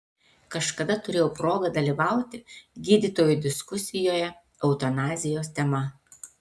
kažkada turėjau progą dalyvauti gydytojų diskusijoje eutanazijos tema